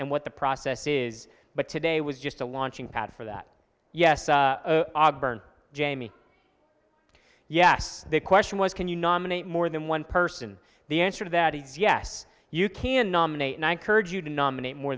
and what the process is but today was just a launching pad for that yes auburn jamie yes the question was can you nominate more than one person the answer to that is yes you can nominate one courage you nominate more